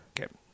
okay